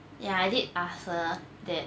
ya I did ask her that